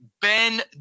Ben